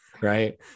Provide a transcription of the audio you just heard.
right